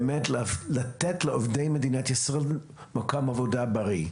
לתת לעובדי מדינת ישראל מקום עבודה בריא.